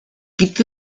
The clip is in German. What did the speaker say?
gibt